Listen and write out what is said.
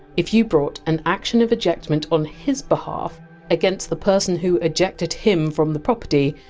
if you brought an action of ejectment on his behalf against the person who ejected him from the property,